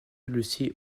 lucie